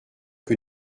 que